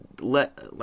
let